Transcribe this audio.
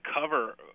cover